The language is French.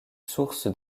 source